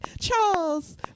Charles